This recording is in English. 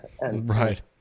Right